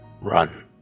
run